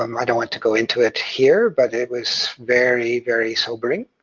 um i don't want to go into it here, but it was very very sobering.